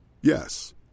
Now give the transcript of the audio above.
Yes